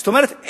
זאת אומרת,